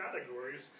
categories